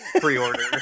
Pre-order